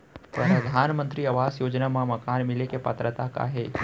परधानमंतरी आवास योजना मा मकान मिले के पात्रता का हे?